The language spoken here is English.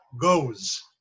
goes